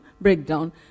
breakdown